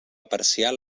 parcial